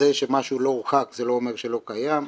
זה שמשהו לא הוכח זה לא אומר שלא קיים,